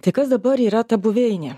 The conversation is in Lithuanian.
tai kas dabar yra ta buveinė